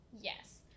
Yes